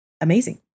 amazing